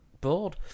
bored